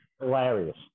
Hilarious